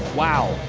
wow.